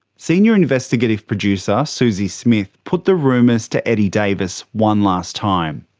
senior investigative producer suzie smith put the rumours to eddie davis one last time.